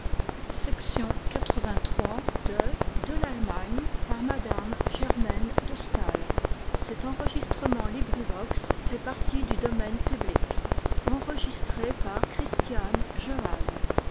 de m de